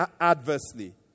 adversely